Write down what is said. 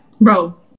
bro